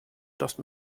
just